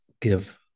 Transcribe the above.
give